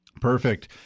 perfect